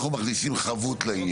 יש שני סוגי פרוטוקולים